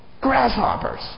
grasshoppers